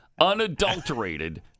unadulterated